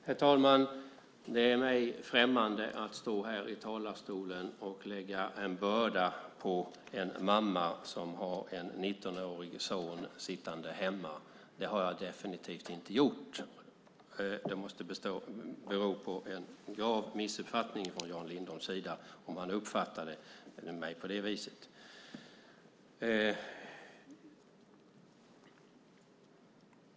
Herr talman! Det är mig främmande att stå här i talarstolen och lägga en börda på en mamma som har en 19-årig son sittande hemma. Det har jag definitivt inte gjort. Det måste bero på en grav missuppfattning från Jan Lindholms sida om han uppfattade mig på det viset.